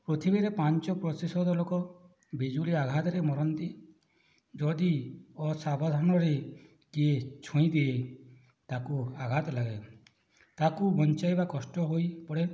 ପୃଥିବୀରେ ପାଞ୍ଚ ପ୍ରତିଶତ ଲୋକ ବିଜୁଳି ଆଘାତରେ ମରନ୍ତି ଯଦି ଅସାବଧାନରେ କିଏ ଛୁଇଁ ଦିଏ ତାକୁ ଆଘାତ ଲାଗେ ତାକୁ ବଞ୍ଚାଇବା କଷ୍ଟ ହୋଇପଡ଼େ